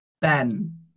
ben